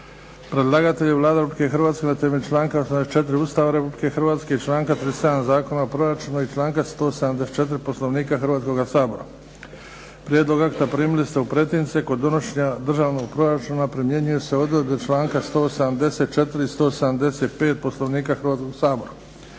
Predlagatelj je Vlada Republike Hrvatske na temelju članka 84. Ustava Republike Hrvatske i članka 37. Zakona o proračunu i članka 174. Poslovnika Hrvatskoga sabora. Prijedlog akta primili ste u pretince. Kod donošenja državnog proračuna primjenjuju se odredbe članka 174. i 175. Poslovnika Hrvatskoga sabora.